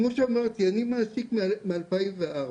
כמו שאמרתי אני מעסיק מ-2004.